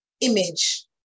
image